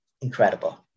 incredible